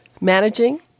managing